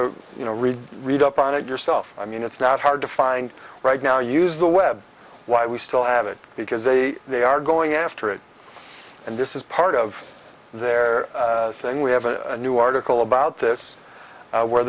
and you know read read up on it yourself i mean it's not hard to find right now use the web while we still have it because they they are going after it and this is part of their thing we have a new article about this where